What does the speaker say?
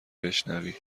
بشنوی